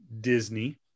Disney